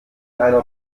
einer